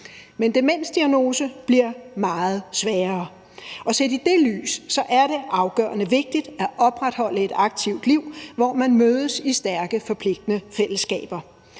en demensdiagnose bliver meget sværere, og set i det lys er det afgørende vigtigt at opretholde et aktivt liv, hvor man mødes i stærke, forpligtende fællesskaber.